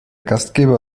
gastgeber